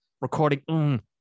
recording